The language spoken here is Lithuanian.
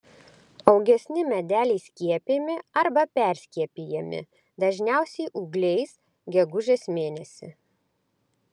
augesni medeliai skiepijami arba perskiepijami dažniausiai ūgliais gegužės mėnesį